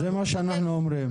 זה מה שאנחנו אומרים.